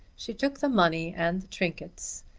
she took the money and the trinkets,